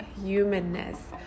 humanness